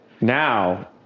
now